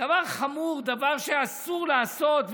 דבר חמור, דבר שאסור לעשות.